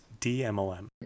DMLM